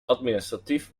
administratief